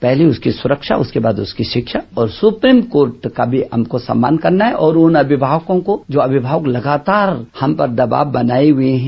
पहली उसकी सुरक्षा उसके बाद उसकी शिक्षा और सुप्रीप कोर्ट का भी हमको सम्मान करना है और उन अभिभावकों को जो अभिभावक लगातार हम पर दबाव बनाए हुए है